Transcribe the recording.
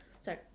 sorry